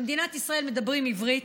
במדינת ישראל מדברים עברית.